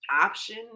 option